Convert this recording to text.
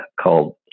called